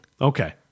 Okay